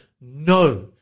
no